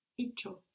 Hicho